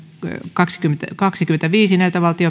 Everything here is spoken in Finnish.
kaksikymmentäviisi